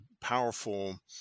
powerful